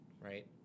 right